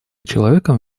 человеком